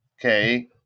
Okay